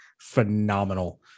phenomenal